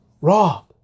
Rob